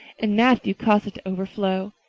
and matthew caused it to overflow.